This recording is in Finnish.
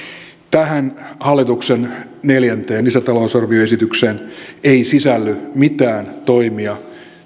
tähän hallituksen neljänteen lisätalousarvioesitykseen ei sisälly mitään toimia